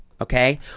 okay